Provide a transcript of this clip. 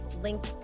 link